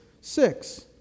six